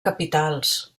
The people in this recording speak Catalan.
capitals